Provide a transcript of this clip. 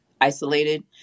isolated